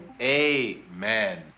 Amen